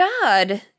God